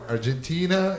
Argentina